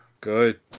Good